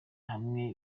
hamwe